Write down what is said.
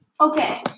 Okay